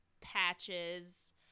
patches